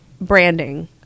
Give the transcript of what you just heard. branding